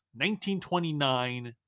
1929